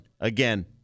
Again